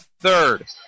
third